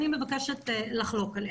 אני מבקשת לחלוק עליה.